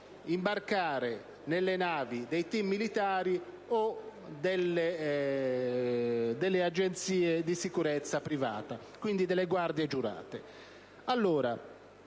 imbarcare sulle navi dei *team* militari o servirsi di agenzie di sicurezza private, quindi delle guardie giurate.